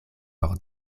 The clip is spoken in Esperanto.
por